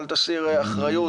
אל תסיר אחריות.